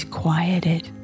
quieted